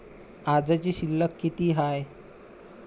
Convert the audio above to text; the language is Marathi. आजची शिल्लक किती हाय?